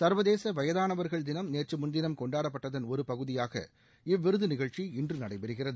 சர்வதேச வயதானவர்கள் தினம் நேற்று முன்தினம் கொண்டாடப்பட்டதன் ஒரு பகுதியாக இவ்விருது நிகழ்ச்சி இன்று நடைபெறுகிறது